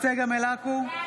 צגה מלקו,